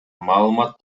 маалымат